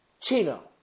Chino